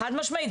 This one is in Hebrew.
חד משמעית.